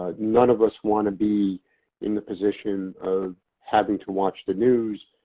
ah none of us want to be in the position of having to watch the news,